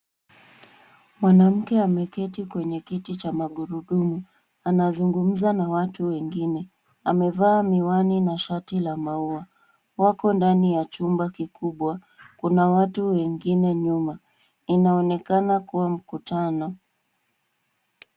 Mwanamke ameketi kwenye kiti cha magurudumu. Anazungumza na watu wengine. Amevaa miwani na shati la maua. Wako ndani ya chumba kikubwa. Kuna watu wengine nyumba. Inaonekana kuwa muktano.